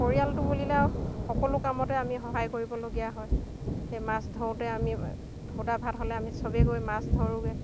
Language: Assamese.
পৰিয়ালটো বুলিলে আৰু সকলো কামতে আমি সহায় কৰিবলগীয়া হয় সেই মাছ ধৰোঁতে আমি সুদা ভাত হ'লে আমি চবে গৈ মাছ ধৰোঁগৈ